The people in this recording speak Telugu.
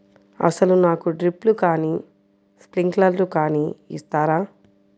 అసలు నాకు డ్రిప్లు కానీ స్ప్రింక్లర్ కానీ ఇస్తారా?